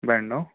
ब्याण्णव